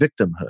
victimhood